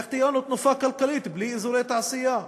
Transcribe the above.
איך תהיה לנו תנופה כלכלית בלי אזורי תעשייה?